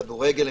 כדורגל,